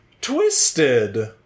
twisted